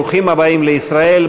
ברוכים הבאים לישראל.